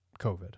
COVID